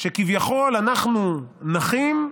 שבה כביכול אנחנו נחים,